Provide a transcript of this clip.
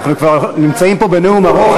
אנחנו כבר נמצאים פה בנאום ארוך.